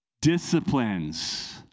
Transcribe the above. disciplines